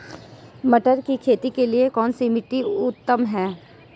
मटर की खेती के लिए कौन सी मिट्टी उत्तम है?